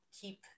keep